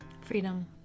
Freedom